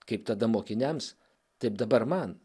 kaip tada mokiniams taip dabar man